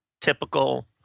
typical